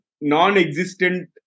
non-existent